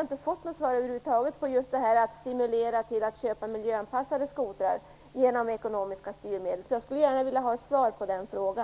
inte fått något svar över huvud taget just på att man genom ekonomiska styrmedel kan stimulera till köp av miljöanpassade skotrar. Jag skulle gärna vilja ha ett svar på den frågan.